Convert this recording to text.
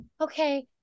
okay